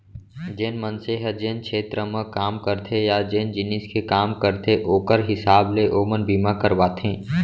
जेन मनसे ह जेन छेत्र म काम करथे या जेन जिनिस के काम करथे ओकर हिसाब ले ओमन बीमा करवाथें